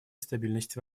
стабильности